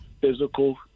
physical